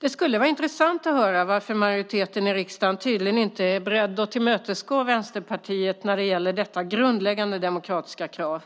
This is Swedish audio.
Det skulle vara intressant att höra varför majoriteten i riksdagen tydligen inte är beredd att tillmötesgå Vänsterpartiet när det gäller detta grundläggande demokratiska krav.